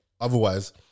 Otherwise